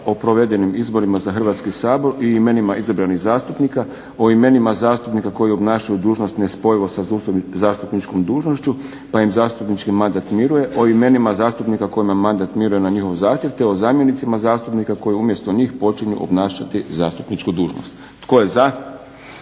o provedenim izborima za Hrvatski sabor i imenima izabranih zastupnika, o imenima zastupnika koji obnašaju dužnost nespojivo sa zastupničkom dužnošću pa im zastupnički mandat miruje, o imenima zastupnika kojima mandat miruje na njihov zahtjev, te o zamjenicima zastupnicima koji umjesto njih počinju obnašati zastupničku dužnost. Tko je za?